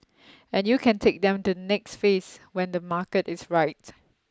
and you can take them to the next phase when the market is right